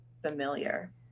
familiar